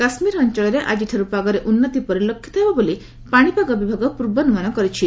କାଶ୍ୱୀର ଅଞ୍ଚଳରେ ଆଜିଠାର୍ଚ୍ଚ ପାଗରେ ଉନ୍ତି ପରିଲକ୍ଷିତ ହେବ ବୋଲି ପାଣିପାଗ ବିଭାଗ ପୂର୍ବାନୁମାନ କରିଛି